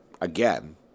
again